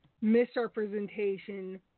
misrepresentation